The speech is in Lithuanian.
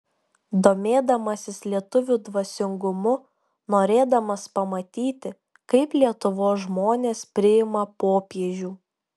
domėdamasis lietuvių dvasingumu norėdamas pamatyti kaip lietuvos žmonės priima popiežių